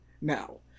now